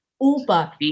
Uber